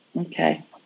Okay